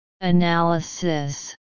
Analysis